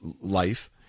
life